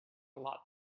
lot